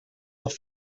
noch